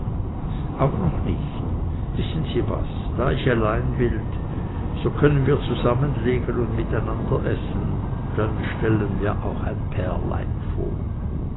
auch noch nicht wissen sie was da ich allein bin so könnten wir zusammenlegen und miteinander essen dann stellen wir auch ein pärlein vor